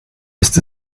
ist